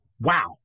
wow